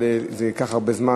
אבל זה ייקח הרבה זמן,